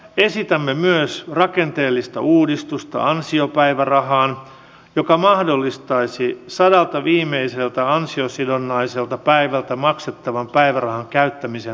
esitämme myös rakenteellista uudistusta ansiopäivärahaan joka mahdollistaisi sadalta viimeiseltä ansiosidonnaiselta päivältä maksettavan päivärahan käyttämisen palkkatukeen ja starttirahaan